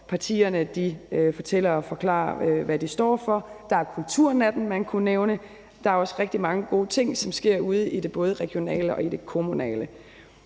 partierne fortæller og forklarer, hvad de står for. Der er kulturnatten, man kunne nævne. Der er også rigtig mange gode ting, som sker ude i både det regionale og det kommunale.